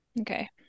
Okay